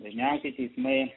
dažniausiai teismai